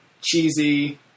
cheesy